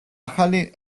ახალი